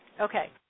Okay